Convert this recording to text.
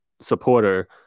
supporter